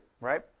right